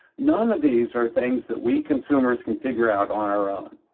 none of these are things that we consumers can figure out on our own,